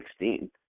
2016